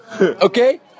okay